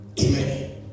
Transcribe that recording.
Amen